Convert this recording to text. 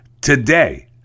today